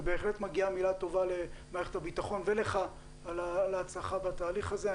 ובהחלט מגיעה מילה טובה למערכת הביטחון ולך על ההצלחה בתהליך הזה.